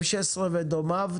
M16 ודומיו,